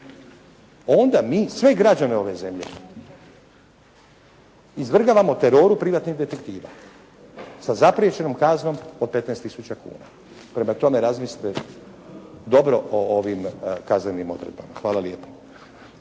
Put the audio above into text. Onda mi sve građane ove zemlje izvrgavamo teroru privatnih detektiva sa zapriječenom kaznom od 15000 kuna. Prema tome, razmislite dobro o ovim kaznenim odredbama. Hvala lijepa.